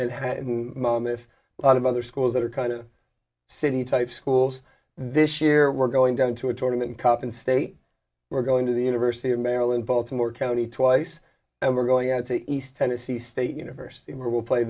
had a lot of other schools that are kind of city type schools this year we're going down to a tournament cup and state we're going to the university of maryland baltimore county twice and we're going out to east tennessee state university where we'll play